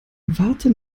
warte